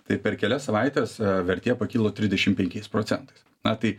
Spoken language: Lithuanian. tai per kelias savaites vertė pakilo tridešim penkiais procentais na tai